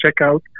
checkout